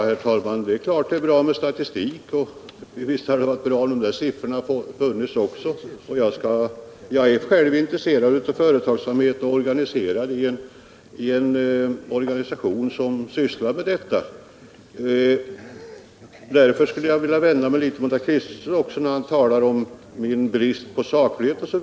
Herr talman! Det är klart att det är bra med statistik. Visst hade det varit bra om också denna siffra funnits. Jag är själv intresserad av företagsamhet och tillhör en organisation som sysslar med detta. Därför vill jag vända mig mot herr Kristenson, när han talar om min brist på saklighet.